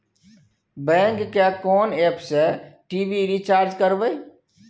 Bank के कोन app से टी.वी रिचार्ज करबे?